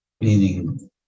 meaning